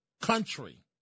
country